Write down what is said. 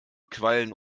quallen